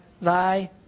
thy